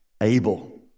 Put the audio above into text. Abel